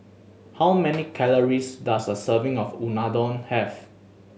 how many calories does a serving of Unadon have